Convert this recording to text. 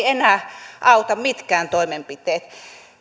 enää auta mitkään toimenpiteet